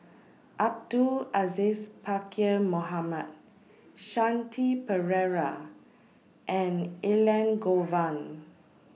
Abdul Aziz Pakkeer Mohamed Shanti Pereira and Elangovan